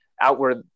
outward